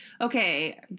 okay